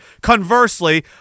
Conversely